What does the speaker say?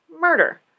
murder